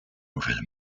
nouvelle